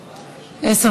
בבקשה.